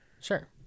Sure